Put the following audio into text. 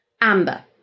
Amber